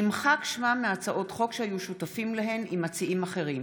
נמחק שמם מהצעות חוק שהיו שותפים להן עם מציעים אחרים.